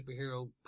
superhero